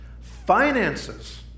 Finances